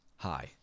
Hi